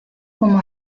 como